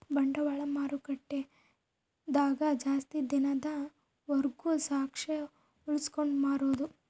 ಬಂಡವಾಳ ಮಾರುಕಟ್ಟೆ ದಾಗ ಜಾಸ್ತಿ ದಿನದ ವರ್ಗು ಸ್ಟಾಕ್ಷ್ ಉಳ್ಸ್ಕೊಂಡ್ ಮಾರೊದು